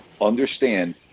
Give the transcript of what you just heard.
understand